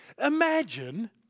Imagine